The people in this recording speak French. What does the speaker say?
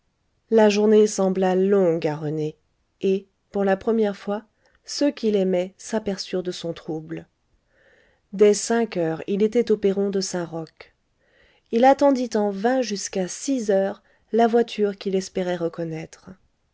la journée sembla longue à rené et pour la première fois ceux qui l'aimaient s'aperçurent de son trouble dès cinq heures il était au perron de saint-roch il attendit en vain jusqu'à six heures la voiture qu'il espérât reconnaître